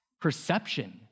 perception